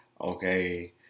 okay